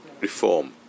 reform